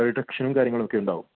ഇയ്യോടാ ശരിയാണ്